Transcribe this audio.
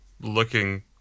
looking